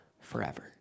forever